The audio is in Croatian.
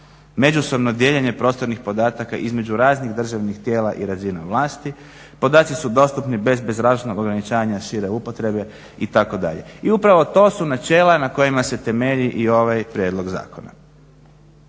međusobno dijeljenje prostornih podataka između raznih državnih tijela i razina vlasti. Podaci su dostupni bez zračnog ograničavanja šire upotrebe itd. i upravo to su načela na kojima se temelji i ovaj prijedlog zakona.